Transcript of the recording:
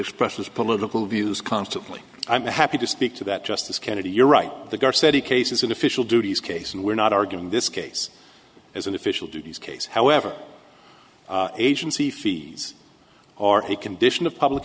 precious political views constantly i'm happy to speak to that justice kennedy you're right the guards said he cases in official duties case and we're not arguing this case as an official duties case however agency fees are he condition of public